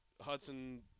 Hudson